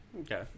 okay